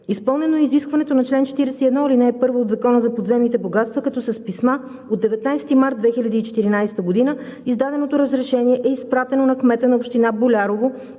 Изпълнено е изискването на чл. 41, ал. 1 от Закона за подземните богатства – с писма от 19 март 2014 г. издаденото разрешение е изпратено на кмета на община Болярово